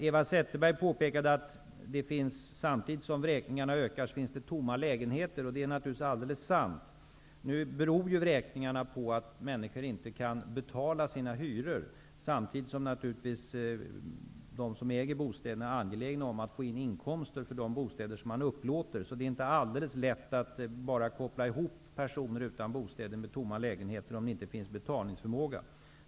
Eva Zetterberg påpekade att samtidigt som vräkningarna ökar finns det tomma lägenheter. Det är naturligtvis alldeles sant. Nu beror ju vräkningarna på att människor inte kan betala sina hyror. Samtidigt är naturligtvis de som äger bostäderna angelägna om att få in inkomster för de bostäder som man upplåter. Det är inte alldeles lätt att bara koppla ihop personer utan bostäder med tomma lägenheter, om det inte finns betalningsförmåga.